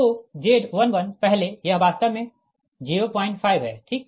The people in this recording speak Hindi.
तो Z11 पहले यह वास्तव में 05 है ठीक